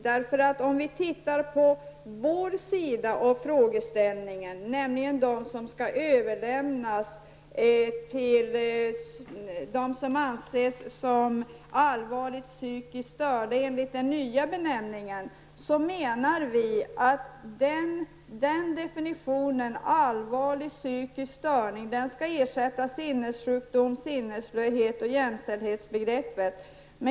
När det gäller frågan om vilka som skall anses som allvarligt psykiskt störda enligt det nya begreppet, menar vi att begreppet ''allvarlig psykisk störning'' skall ersätta begreppen sinnessjukdom, sinnesslöhet och jämställdhetsbegreppet.